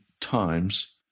times